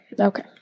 okay